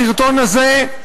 הסרטון הזה,